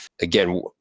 again